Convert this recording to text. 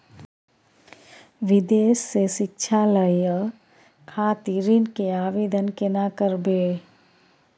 विदेश से शिक्षा लय खातिर ऋण के आवदेन केना करबे?